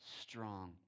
strong